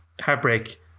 heartbreak